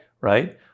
Right